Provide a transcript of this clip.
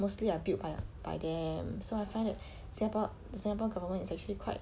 mostly are built by by them so I find that singapore singapore government is actually quite